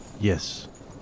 Yes